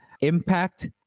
impact